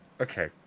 Okay